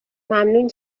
ممنون